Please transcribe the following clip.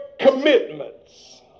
commitments